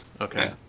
Okay